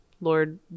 Lord